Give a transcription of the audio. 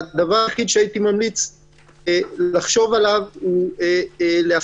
הדבר היחיד שהייתי ממליץ לחשוב עליו הוא לאפשר